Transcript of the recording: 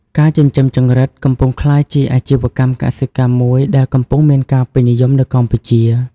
ការចិញ្ចឹមចង្រិត កំពុងក្លាយជាអាជីវកម្មកសិកម្មមួយដែលកំពុងមានការពេញនិយមនៅកម្ពុជា។